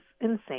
insane